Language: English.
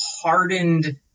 hardened